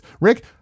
Rick